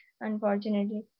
unfortunately